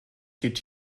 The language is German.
geht